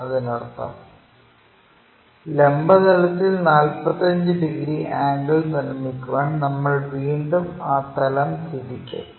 അതിനർത്ഥം ലംബ തലത്തിൽ 45 ഡിഗ്രി ആംഗിൾ നിർമ്മിക്കാൻ നമ്മൾ വീണ്ടും ആ തലം തിരിക്കും